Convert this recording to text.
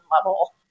level